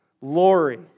Lori